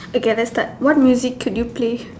okay let's start what music could you play